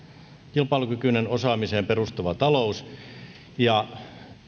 kilpailukykyinen osaamiseen perustuva talous ja